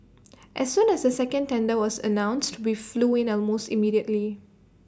as soon as the second tender was announced we flew in almost immediately